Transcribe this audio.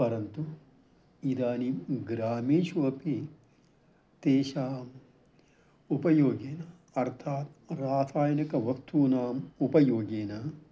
परन्तु इदानीं ग्रामेषु अपि तेषाम् उपयोगेन अर्थात् रासायनिकवस्तूनाम् उपयोगेन